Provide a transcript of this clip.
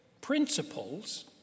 principles